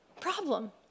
problem